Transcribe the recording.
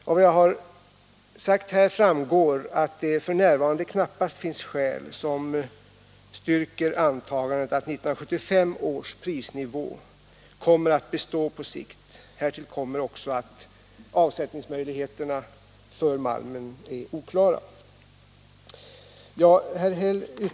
Av vad jag har sagt här framgår att det f. n. knappast finns skäl som styrker antagandet att 1975 års prisnivå kommer att bestå på sikt; härtill kommer också att avsättningsmöjligheterna för malmen är oklara.